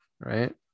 right